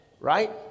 Right